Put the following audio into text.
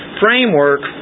framework